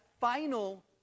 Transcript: final